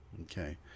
okay